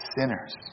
sinners